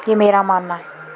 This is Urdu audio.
یہ میرا ماننا ہے